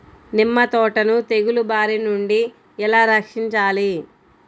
నిమ్మ తోటను తెగులు బారి నుండి ఎలా రక్షించాలి?